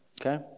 Okay